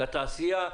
לתעשייה.